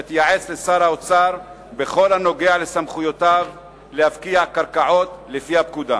שתייעץ לשר האוצר בכל הקשור לסמכויותיו להפקיע קרקעות לפי הפקודה.